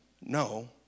no